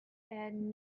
and